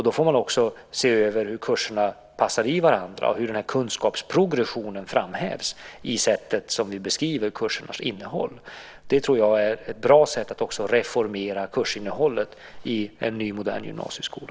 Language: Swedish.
Då får man se över hur kurserna passar i varandra och hur den här kunskapsprogressionen framhävs i sättet att beskriva kursernas innehåll. Det tror jag är ett bra sätt att också reformera kursinnehållet i en ny, modern gymnasieskola.